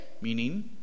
Meaning